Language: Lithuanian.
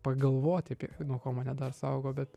pagalvoti apie nuo ko mane dar saugo bet